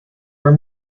were